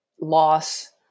loss